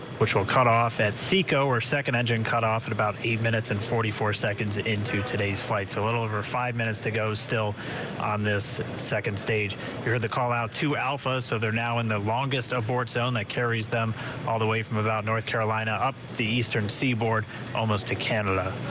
which will cut off at sea co or second engine cut off at about eight minutes and forty four seconds into today's flights a little over five minutes to go still on this second stage hear the call out to alpha so they're now in the longest aboard zone that carries them all the way from about north carolina up the eastern seaboard almost to canada.